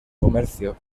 comercio